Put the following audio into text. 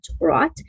right